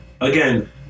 again